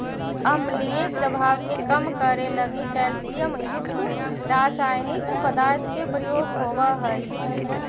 अम्लीय प्रभाव के कम करे लगी कैल्सियम युक्त रसायनिक पदार्थ के प्रयोग होवऽ हई